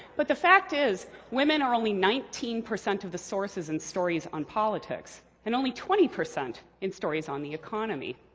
but the fact is, women are only nineteen percent of the sources in stories on politics, and only twenty percent in stories on the economy.